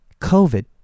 COVID